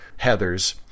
Heathers